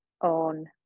on